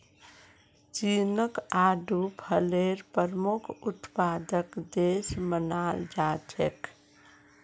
चीनक आडू फलेर प्रमुख उत्पादक देश मानाल जा छेक